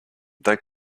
they